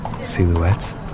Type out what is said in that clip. silhouettes